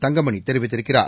தங்கமணி தெரிவித்திருக்கிறார்